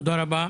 תודה רבה.